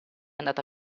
andata